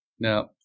Now